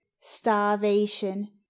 starvation